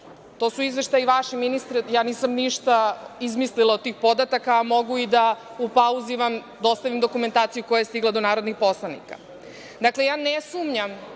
vaši izveštaji ministre, nisam ništa izmislila od tih podataka, a mogu i da vam dostavim dokumentaciju koja je stigla do narodnih poslanika. Dakle, ja ne sumnjam